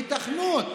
היתכנות